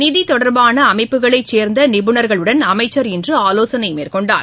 நிதி தொடர்பான அமைப்புகளைச் சேர்ந்த நிபுணர்களுடன் அமைச்சர் இன்று ஆவோசனை மேற்கொண்டார்